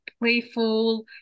playful